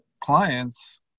clients